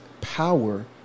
power